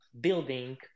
building